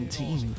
team